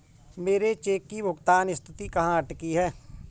मेरे चेक की भुगतान स्थिति कहाँ अटकी है?